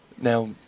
Now